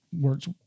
works